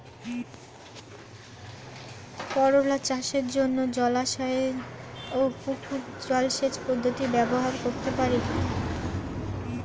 করোলা চাষের জন্য জলাশয় ও পুকুর জলসেচ পদ্ধতি ব্যবহার করতে পারি?